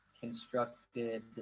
constructed